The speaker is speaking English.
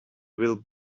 will